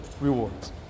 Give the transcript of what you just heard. rewards